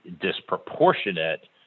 disproportionate